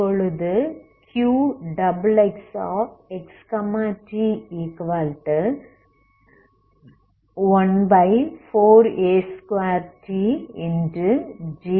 இப்பொழுது Qxxx t142tgp